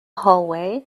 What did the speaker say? hallway